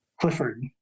Clifford